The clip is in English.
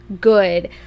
good